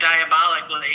diabolically